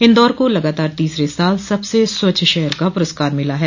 इन्दौर को लगातार तीसरे साल सबसे स्वच्छ शहर का प्रस्कार मिला है